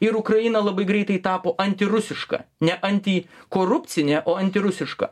ir ukraina labai greitai tapo antirusiška ne anti korupcine o antirusiška